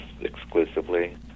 exclusively